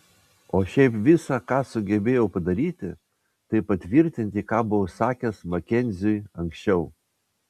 o šiaip visa ką sugebėjau padaryti tai patvirtinti ką buvau sakęs makenziui anksčiau